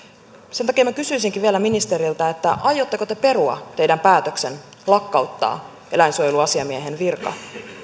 sen takia minä kysyisinkin vielä ministeriltä aiotteko te perua teidän päätöksenne lakkauttaa eläinsuojeluasiamiehen virka